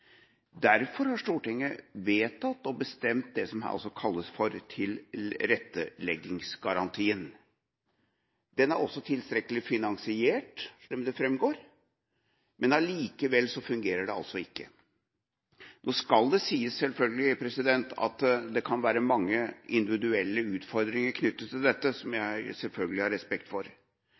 Derfor har Stortinget vedtatt og bestemt det som altså kalles for tilretteleggingsgarantien. Den er også tilstrekkelig finansiert, som det framgår, men allikevel fungerer det altså ikke. Nå skal det selvfølgelig sies at det kan være mange individuelle utfordringer knyttet til dette, som jeg selvfølgelig har respekt for.